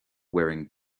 wearing